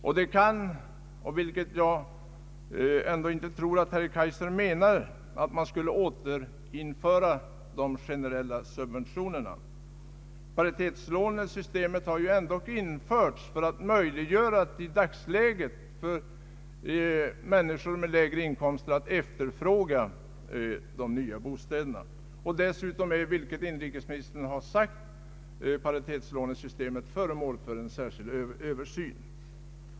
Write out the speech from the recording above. Jag kan ändå inte tro att herr Kaijser menade att man skulle återinföra de generella subventionerna. Paritetslånesystemet har ju ändock införts för att i dagsläget möjliggöra för människor med lägre inkomster att efterfråga de nya bostäderna. Dessutom är, vilket inrikesministern har sagt, paritetslånesystemet föremål för översyn av särskild sakkunnig.